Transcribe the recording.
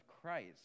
Christ